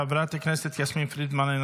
חברת הכנסת יסמין פרידמן,